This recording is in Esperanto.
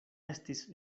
estis